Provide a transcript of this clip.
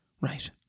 Right